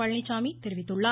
பழனிசாமி தெரிவித்துள்ளார்